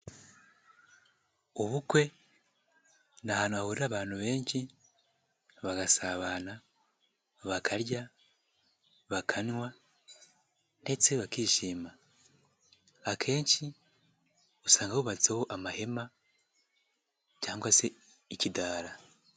Ubukwe ni ahantu hahurira abantu benshi bagasabana, bakarya, bakanywa ndetse bakishima, akenshi usanga bubatseho amahema cyangwa se ikidara.